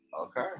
Okay